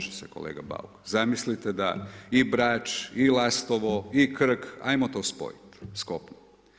Može se kolega Bauk, zamislite da i Brač i Lastovo i Krk, ajmo to spojiti sa kopnom.